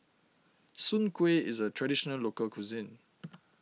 Soon Kueh is a Traditional Local Cuisine